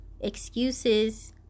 excuses